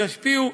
שישפיעו,